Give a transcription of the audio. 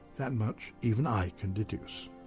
that much even i can deduce.